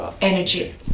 energy